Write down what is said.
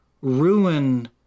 ruin